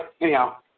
Anyhow